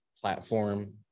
platform